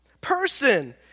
Person